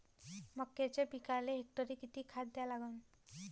मक्याच्या पिकाले हेक्टरी किती खात द्या लागन?